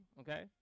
Okay